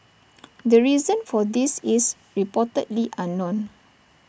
the reason for this is reportedly unknown